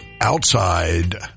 outside